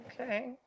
okay